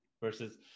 Versus